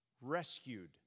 rescued